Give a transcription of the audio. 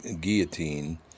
guillotine